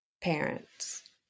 parents